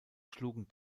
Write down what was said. schlugen